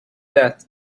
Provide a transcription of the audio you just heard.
that